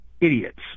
idiots